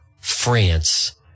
France